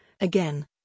Again